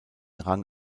rang